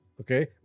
okay